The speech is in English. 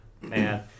man